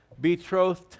betrothed